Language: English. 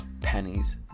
pennies